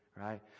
right